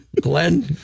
glenn